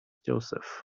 joseph